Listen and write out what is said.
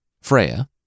Freya